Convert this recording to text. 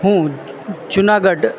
હું જુ જુનાગઢ